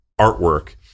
artwork